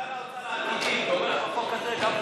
שר האוצר העתידי תומך בחוק הזה?